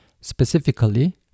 Specifically